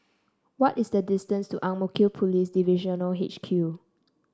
what is the distance to Ang Mo Kio Police Divisional H Q